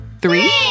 three